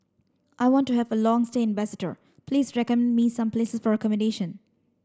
I want to have a long stay in Basseterre please recommend me some place for accommodation